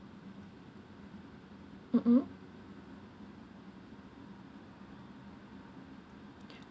mmhmm